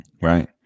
right